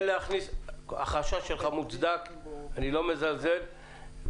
החשש שלך מוצדק ואני לא מזלזל בו.